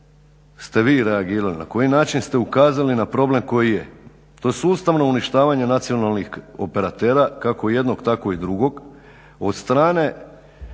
ste vi reagirali, na koji način ste ukazali na problem koji je. To je sustavno uništavanje nacionalnih operatera kako jednog, tako i drugog od strane